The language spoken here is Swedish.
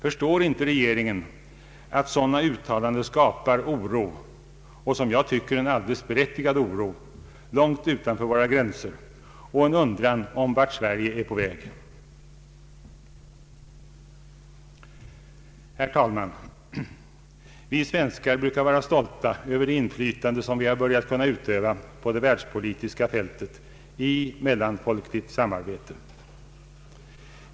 Förstår inte regeringen att sådana uttalanden skapar oro — och som jag tycker alldeles berättigad oro — långt utanför våra gränser och en undran om vart Sverige är på väg? Herr talman! Vi svenskar brukar vara stolta över det inflytande som vi har börjat kunna utöva på det världspolitiska fältet i mellanfolkligt samarbete.